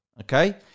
okay